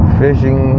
fishing